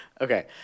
Okay